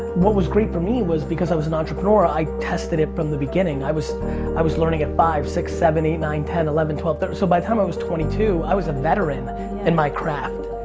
what was great for me was because i was an entrepreneur i tested it from the beginning. i was i was learning it five, six, seven, eight, nine, ten, eleven, twelve. so by the time i was twenty two i was a veteran in my craft.